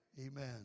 Amen